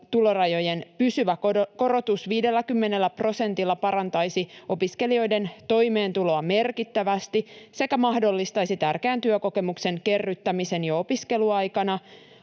tulorajojen pysyvä korotus 50 prosentilla parantaisi opiskelijoiden toimeentuloa merkittävästi sekä mahdollistaisi tärkeän työkokemuksen kerryttämisen jo opiskeluaikana.